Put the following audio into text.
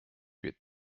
huit